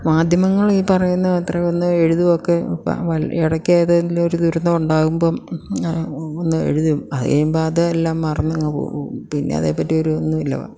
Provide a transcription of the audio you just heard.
മാധ്യമങ്ങൾ ഈ പറയുന്ന അത്രയും ഒന്ന് എഴുത്തൊക്കെ ഇടയ്ക്ക് ഏതെങ്കിലും ഒരു ദുരന്തം ഉണ്ടാക്കുമ്പം ഒന്ന് എഴുതും അത് കഴിയുമ്പോൾ അത് എല്ലാം മറന്ന് അങ്ങ് പോകും പിന്നെ അതേപ്പറ്റി ഒരു ഒന്നുമില്ല